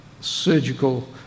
surgical